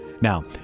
Now